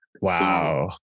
Wow